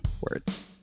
Words